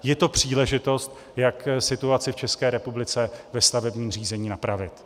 Je to příležitost, jak situaci v České republice ve stavebním řízení napravit.